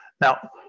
Now